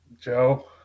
Joe